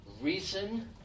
Reason